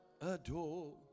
adore